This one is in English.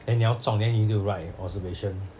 and 你要种 then 你就 write observation